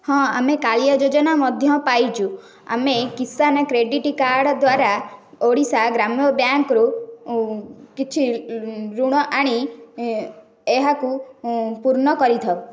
ହଁ ଆମେ କାଳିଆ ଯୋଜନା ମଧ୍ୟ ପାଇଛୁ ଆମେ କିଷାନ୍ କ୍ରେଡ଼ିଟ୍ କାର୍ଡ଼୍ ଦ୍ୱାରା ଓଡ଼ିଶା ଗ୍ରାମ୍ୟ ବ୍ୟାଙ୍କ୍ରୁ କିଛି ଋଣ ଆଣି ଏହାକୁ ପୂର୍ଣ୍ଣ କରିଥାଉ